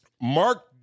Mark